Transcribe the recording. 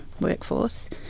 workforce